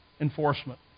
Enforcement